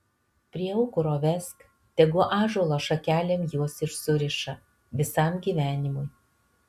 prie aukuro vesk tegu ąžuolo šakelėm juos ir suriša visam gyvenimui